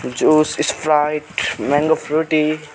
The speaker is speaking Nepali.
juice Sprite mango Frooti